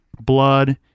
blood